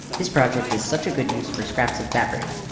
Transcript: this project is such a good use for scraps of fabric!